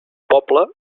poble